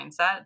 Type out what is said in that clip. mindset